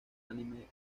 anime